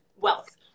wealth